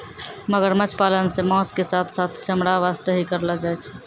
मगरमच्छ पालन सॅ मांस के साथॅ साथॅ चमड़ा वास्तॅ ही करलो जाय छै